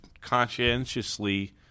conscientiously